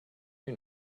you